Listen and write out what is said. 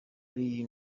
ari